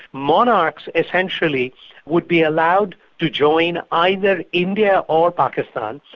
monarchs essentially would be allowed to join either india or pakistan,